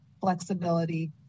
flexibility